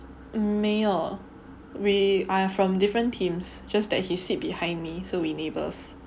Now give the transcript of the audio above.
没有 we are from different teams just that he sit behind me so we neighbours